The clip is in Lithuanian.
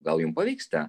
gal jum pavyksta